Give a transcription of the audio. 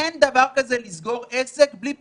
אין דבר כזה לסגור עסק בלי פיצוי.